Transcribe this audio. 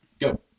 Go